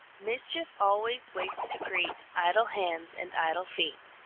mischief always waits to greet idle hands and idle feet.